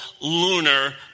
lunar